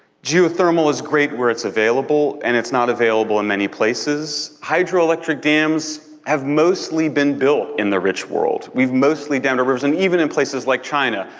geothermal is great where it's available, and it's not available in many places. hydro-electric dams have mostly been built in the rich world. we've mostly dammed the rivers, and even in places like china,